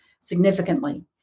significantly